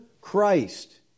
Christ